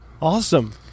Awesome